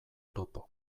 topo